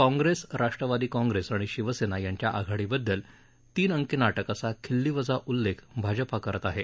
काँग्रेस राष्ट्रवादी काँग्रेस आणि शिवसेना यांच्या आघाडीबाबत तीन अंकी नाटक असा खिल्लीवजा उल्लेख भाजपा करत आहे